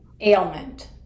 ailment